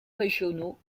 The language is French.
régionaux